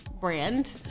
brand